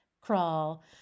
crawl